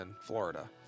Florida